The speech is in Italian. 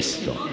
*(Applausi